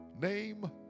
name